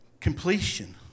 Completion